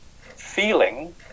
feeling